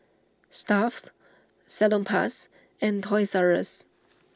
Stuff'd Salonpas and Toys R Us